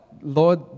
Lord